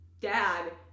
dad